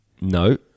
No